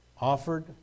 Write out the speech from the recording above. offered